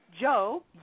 Joe